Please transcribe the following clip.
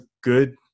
good